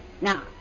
Now